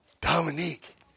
Dominique